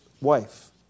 wife